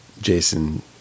Jason